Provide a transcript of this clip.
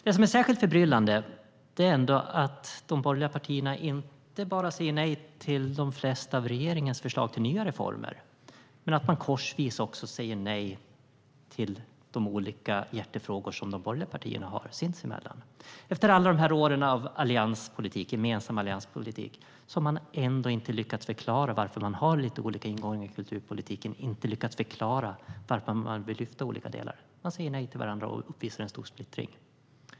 Det som är särskilt förbryllande är att de borgerliga partierna inte bara säger nej till de flesta av regeringens förslag till nya reformer utan också korsvis säger nej till de olika hjärtefrågor som de borgerliga partierna har sinsemellan. Efter alla år av gemensam allianspolitik har man ändå inte lyckats förklara varför man har lite olika ingångar i kulturpolitiken eller varför man vill lyfta olika delar. Man säger nej till varandra och visar stor splittring.